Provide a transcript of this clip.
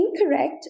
incorrect